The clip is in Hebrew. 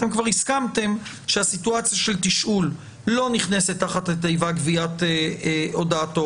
כבר הסכמתם שהסיטואציה של תשאול לא נכנסת תחת התיבה גביית הודעתו.